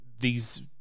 these-